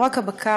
ולא רק הבקר,